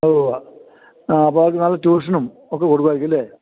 ഉവ്വ ഉവ്വ ആ അപ്പോൾ അവര്ക്ക് നല്ല ട്യൂഷനും ഒക്കെ കൊടുക്കുവായിരിക്കും അല്ലേ